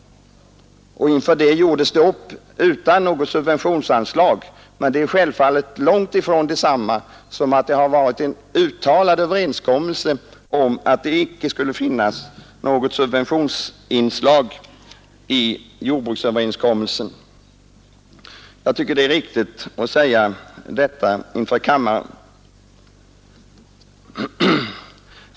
Inför det gjordes det upp utan något subventionsinslag. Men det är självfallet långt ifrån detsamma som att det har varit en uttalad överenskommelse om att det icke skulle finnas något subventionsinslag i jordbruksöverenskommelsen. Jag tycker det är riktigt att säga detta inför kammaren.